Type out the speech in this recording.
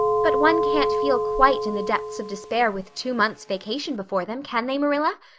but one can't feel quite in the depths of despair with two months' vacation before them, can they, marilla?